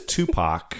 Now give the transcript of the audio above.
Tupac